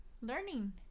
learning